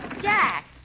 Jack